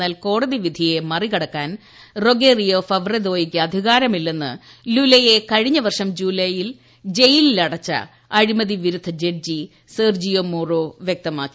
എന്നാൽ കോടതി വിധിയെ മറികടക്കാൻ റൊഗേറിയോ ഫവ്രെതോയ്ക്ക് അധികാരമില്ലെന്ന് ലുലയെ കഴിഞ്ഞ വർഷം ജൂലൈയിൽ ജയിലിലടച്ച അഴിമതി വിരുദ്ധ ജഡ്ജി സെർജിയോ മൊറോ വ്യക്തമാക്കി